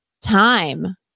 time